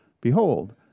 Behold